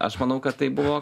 aš manau kad tai buvo